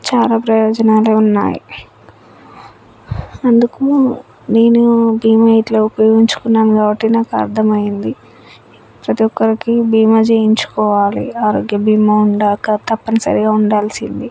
చాలా ప్రయోజనాలే ఉన్నాయి అందుకు నేను బీమా ఇట్ల ఉపయోగించుకున్నాను కాబట్టి నాకు అర్థమయింది ప్రతి ఒక్కరికి బీమా చేయించుకోవాలి ఆరోగ్య బీమా ఉండక తప్పనిసరిగా ఉండాల్సింది